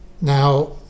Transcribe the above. Now